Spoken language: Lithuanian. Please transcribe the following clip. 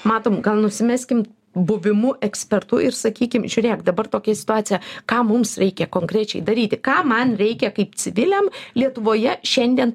matom gal nusimeskim buvimu ekspertu ir sakykim žiūrėk dabar tokia situacija ką mums reikia konkrečiai daryti ką man reikia kaip civiliam lietuvoje šiandien